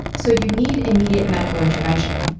so you'd need immediate medical intervention.